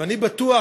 ואני בטוח,